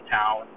town